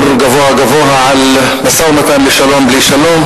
גבוה-גבוה על משא-ומתן לשלום בלי שלום,